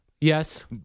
Yes